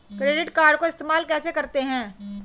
Credit card को इस्तेमाल कैसे करते हैं?